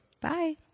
Bye